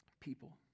people